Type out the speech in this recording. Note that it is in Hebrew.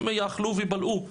הם יאכלו ויבלעו,